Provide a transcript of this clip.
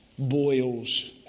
Boils